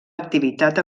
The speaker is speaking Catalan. activitat